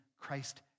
Christ